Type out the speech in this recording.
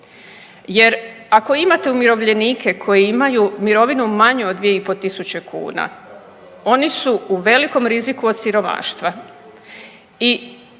jer ako imate umirovljenike koji imaju mirovinu manju od 2.500 kuna oni su u velikom riziku od siromaštva i moramo